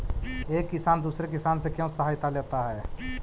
एक किसान दूसरे किसान से क्यों सहायता लेता है?